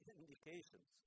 indications